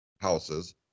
houses